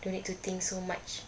no need to think so much